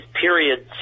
periods